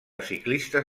ciclistes